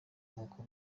nk’uko